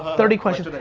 thirty questions.